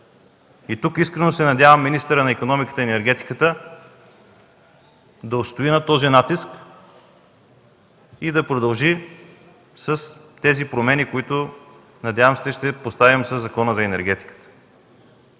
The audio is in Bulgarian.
Искрено се надявам министърът на икономиката и енергетиката да устои на този натиск и да продължи с тези промени, които, надявам се, ще поставим със Закона за енергетиката.